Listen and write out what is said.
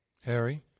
Harry